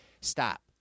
stop